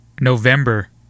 November